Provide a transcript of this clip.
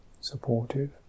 supportive